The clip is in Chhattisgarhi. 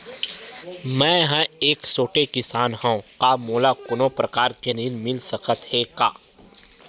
मै ह एक छोटे किसान हंव का मोला कोनो प्रकार के ऋण मिल सकत हे का?